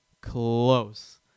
close